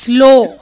Slow